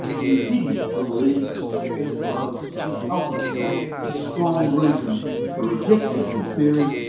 he didn't believe that this was ultimately a strong reason for rejecting his theory,